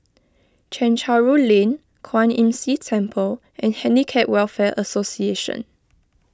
Chencharu Lane Kwan Imm See Temple and Handicap Welfare Association